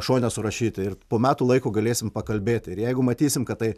šone surašyti ir po metų laiko galėsim pakalbėti ir jeigu matysim kad tai